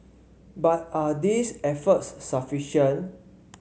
but are these efforts sufficient